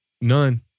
None